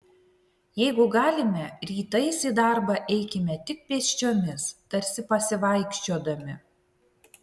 jeigu galime rytais į darbą eikime tik pėsčiomis tarsi pasivaikščiodami